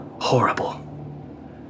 horrible